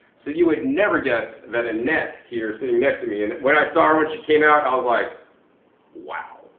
so you'd never guess that annette here is sitting next to me, and what i saw her when she came out i was like wow,